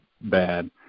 bad